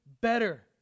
better